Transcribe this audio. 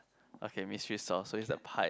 okay mystery solve so is the pie